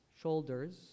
shoulders